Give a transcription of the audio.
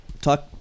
talk